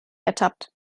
ertappt